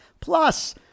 plus